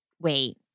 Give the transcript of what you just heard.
wait